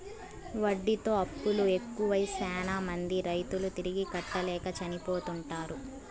వడ్డీతో అప్పులు ఎక్కువై శ్యానా మంది రైతులు తిరిగి కట్టలేక చనిపోతుంటారు